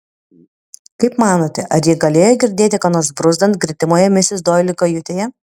kaip manote ar ji galėjo girdėti ką nors bruzdant gretimoje misis doili kajutėje